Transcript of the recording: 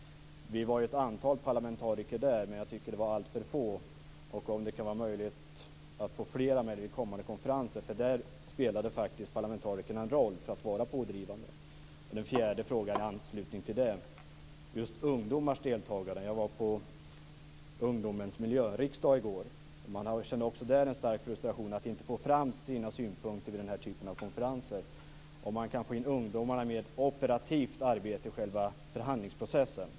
Vi var ett antal parlamentariker på konferensen, men jag tyckte att det var alltför få. Är det möjligt att få med fler vid kommande konferenser? Parlamentarikerna spelade faktiskt en roll för att vara pådrivande. Den fjärde frågan vill jag ställa i anslutning till detta. Det gäller ungdomars deltagande. Jag var på ungdomens miljöriksdag i går. Man kände också där en stark frustration över att inte få fram sina synpunkter vid den här typen av konferenser. Kan man få in ungdomarna i ett operativt arbete i själva förhandlingsprocessen?